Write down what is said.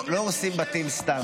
לא הורסים בתים סתם.